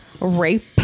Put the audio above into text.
rape